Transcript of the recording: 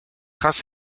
race